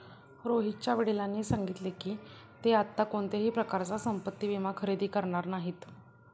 रोहितच्या वडिलांनी सांगितले की, ते आता कोणत्याही प्रकारचा संपत्ति विमा खरेदी करणार नाहीत